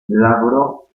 lavorò